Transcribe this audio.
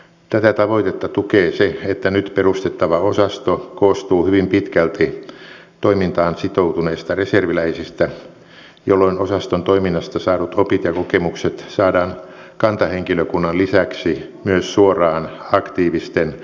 tätä tavoitetta tukee se että nyt perustettava osasto koostuu hyvin pitkälti toimintaan sitoutuneista reserviläisistä jolloin osaston toiminnasta saadut opit ja kokemukset saadaan kantahenkilökunnan lisäksi myös suoraan aktiivisten reserviläisten käyttöön